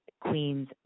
Queens